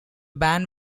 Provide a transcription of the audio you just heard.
band